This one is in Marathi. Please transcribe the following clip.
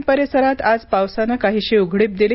पुणे आणि परिसरात आज पावसानं काहीशी उघडीप दिली